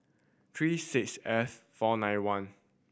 three six F four nine one